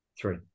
Three